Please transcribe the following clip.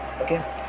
okay